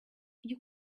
you